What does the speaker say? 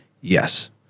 Yes